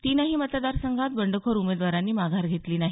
तिन्ही मतदारसंघात बंडखोर उमेदवारांनी माघार घेतली नाही